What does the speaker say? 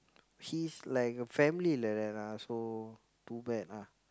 he's like a family like that ah so too bad lah